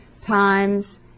times